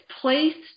placed